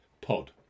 pod